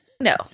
No